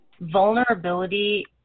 Vulnerability